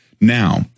Now